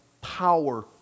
power